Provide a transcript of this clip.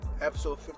Episode